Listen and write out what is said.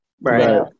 Right